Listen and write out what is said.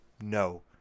no